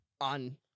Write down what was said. on